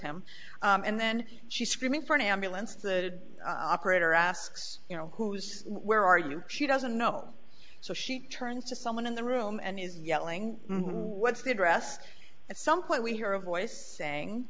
him and then she's screaming for an ambulance the operator asks you know who's where are you she doesn't know so she turns to someone in the room and is yelling what's the address at some point we hear a voice saying